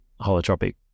holotropic